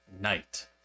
night